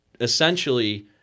essentially